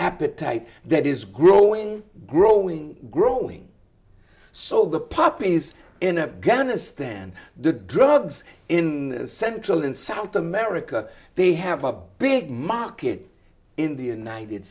appetite that is growing growing growing so the poppy is in afghanistan the drugs in central and south america they have a big market in the united